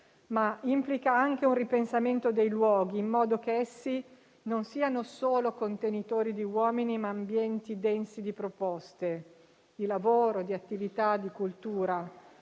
ma implica anche un ripensamento dei luoghi, in modo che essi non siano solo contenitori di uomini, ma ambienti densi di proposte, di lavoro, di attività, di cultura.